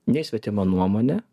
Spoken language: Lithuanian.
nei svetima nuomone